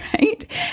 right